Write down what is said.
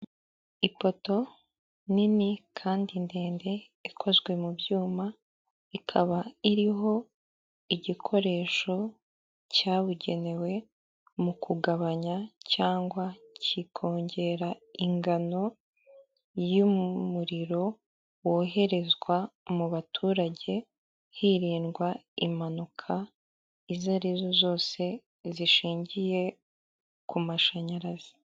Ipoto nini kandi ndende ikozwe mu byuma ikaba iriho igikoresho cyabugenewe mu kugabanya cyangwa kikongera ingano y'umuriro woherezwa mu baturage hirindwa impanuka izo arizo zose zishingiye ku mashanyarazi.